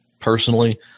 personally